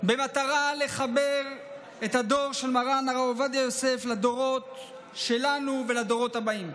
במטרה לחבר את הדור של מרן הרב עובדיה יוסף לדורות שלנו ולדורות הבאים.